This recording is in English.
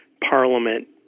parliament